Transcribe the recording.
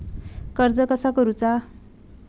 कर्ज कसा करूचा?